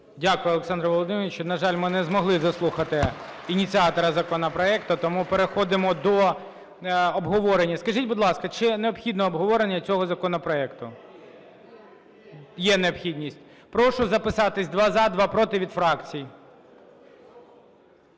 Дякую, Олександре Володимировичу. На жаль, ми не змогли заслухати ініціатора законопроекту. Тому переходимо до обговорення. Скажіть, будь ласка, чи необхідне обговорення цього законопроекту? Є необхідність. Прошу записатись: два – за, два – проти від фракцій.